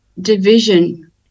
division